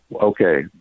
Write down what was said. okay